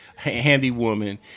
handywoman